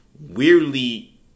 weirdly